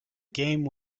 game